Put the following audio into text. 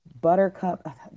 Buttercup